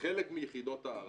בחלק מיחידות הערבה,